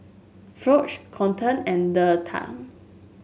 Foch Colton and Theta